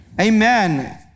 Amen